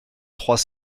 trois